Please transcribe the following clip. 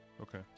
okay